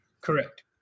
Correct